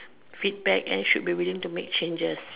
feedback and should be willing to make changes